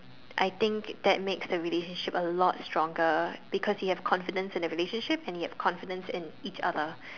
I think that makes the relationship a lot stronger because you have confidence in the relationship and confidence with each other